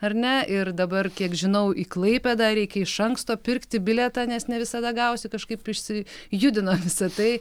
ar ne ir dabar kiek žinau į klaipėdą reikia iš anksto pirkti bilietą nes ne visada gausi kažkaip išsijudina visa tai